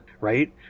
right